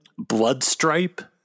Bloodstripe